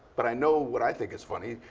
but i know what i think is funny.